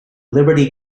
liberty